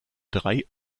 drei